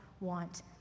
want